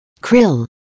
Krill